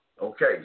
Okay